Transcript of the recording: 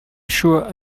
sure